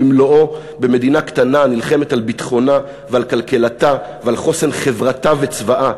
במלואו במדינה קטנה הנלחמת על ביטחונה ועל כלכלתה ועל חוסן חברתה וצבאה.